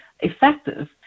effective